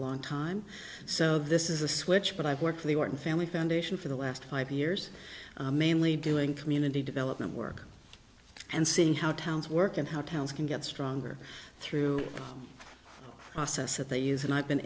long time so this is a switch but i've worked for the wharton family foundation for the last five years mainly doing community development work and seeing how towns work and how towns can get stronger through a process that they use and i've been